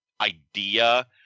idea